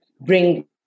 bring